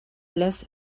less